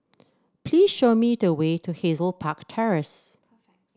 please show me the way to Hazel Park Terrace